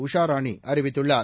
உஷா ராணி அறிவித்துள்ளார்